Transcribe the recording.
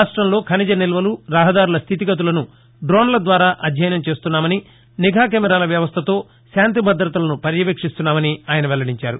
రాష్టంలో ఖనిజనిల్వలు రహదారుల స్టితిగతులను డోస్ల ద్వారా అధ్యయనం చేస్తున్నామని నిఘా కెమెరాల వ్యవస్టతో శాంతి భద్రతలను పర్యవేక్షిస్తున్నామని ఆయన వెల్లడించారు